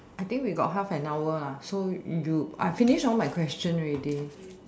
I think we got half an hour ah so you I finish all my question ready